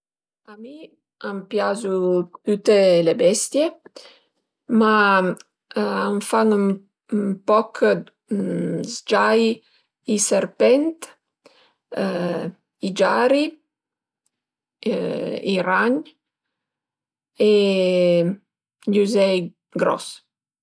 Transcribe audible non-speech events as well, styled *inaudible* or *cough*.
A mi a m'piazu tüte le bestie ma a m'fan ën poc z-giai i serpent *hesitation* i giari *hesitation* i ragn e gl'üzei gros